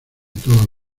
todas